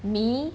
me